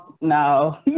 No